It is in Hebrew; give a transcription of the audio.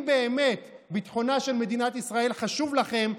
אם באמת ביטחונה של מדינת ישראל חשוב לכם,